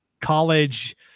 college